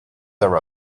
are